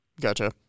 Gotcha